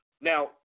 now